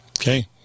Okay